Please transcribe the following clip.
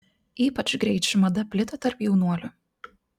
ypač greit ši mada plito tarp jaunuolių